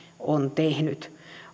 on tehnyt